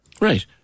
Right